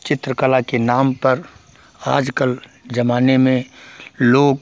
चित्रकला के नाम पर आज कल ज़माने में लोग